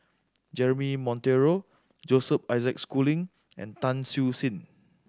Jeremy Monteiro Joseph Isaac Schooling and Tan Siew Sin